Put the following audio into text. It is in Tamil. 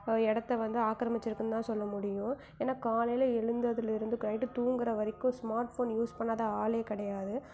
இடத்த வந்து ஆக்ரமிச்சிருக்குன்னு தான் சொல்ல முடியும் ஏன்னால் காலையில் எழுந்ததிலிருந்து நைட்டு தூங்கற வரைக்கும் ஸ்மார்ட் ஃபோன் பண்ணாத ஆளே கிடையாது